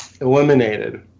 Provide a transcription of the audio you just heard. eliminated